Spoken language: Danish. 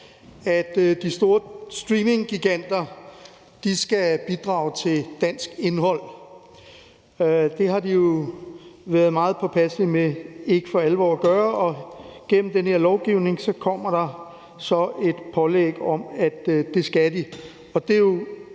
at de store streaminggiganter skal bidrage til dansk indhold. Det har de jo været meget påpasselige med ikke for alvor at gøre, og gennem den her lovgivning kommer der så et pålæg om, at det skal de.